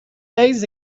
days